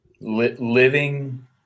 living